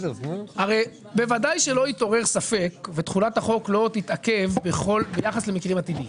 הרי בוודאי שלא יתעורר ספק ותחולת החוק לא תתעכב ביחס למקרים עתידיים.